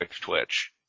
twitch